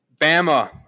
Bama